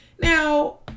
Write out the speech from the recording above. Now